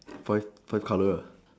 five five colour